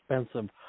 expensive